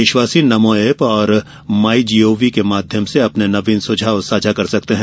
देशवासी नमो ऐप और My Gov के माध्यम से अपने नवीन सुझाव साझा कर सकते हैं